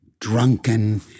drunken